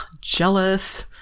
jealous